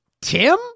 Tim